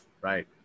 Right